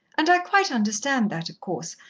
and i quite understand that, of course,